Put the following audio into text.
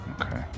Okay